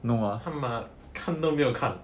他妈的看都没有看